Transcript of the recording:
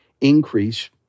increase